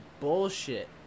bullshit